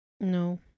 No